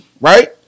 right